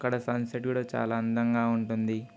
అక్కడ సన్సెట్ కూడా చాలా అందంగా ఉంటుంది